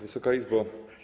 Wysoka Izbo!